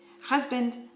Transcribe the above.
Husband